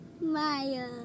Maya